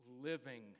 living